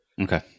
okay